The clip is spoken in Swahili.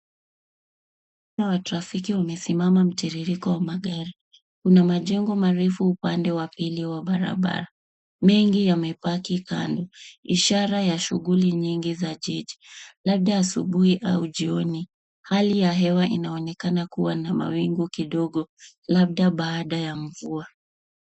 wa trafiki wamesimama mtiririko wa magari. Kuna majengo marefu upande wa pili wa barabara. Mengi yamepaki kando ishara ya shughuli nyingi za jiji labda asubuhi au jioni. Hali ya hewa inaonekana kuwa na mawingu kidogo labda baada ya mvua.